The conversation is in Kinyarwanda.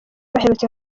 aherutse